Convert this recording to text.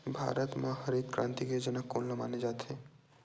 भारत मा हरित क्रांति के जनक कोन ला माने जाथे?